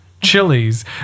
chilies